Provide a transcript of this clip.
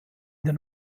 den